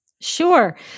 Sure